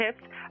tips